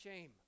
shame